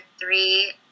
three